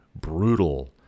brutal